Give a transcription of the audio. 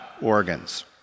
organs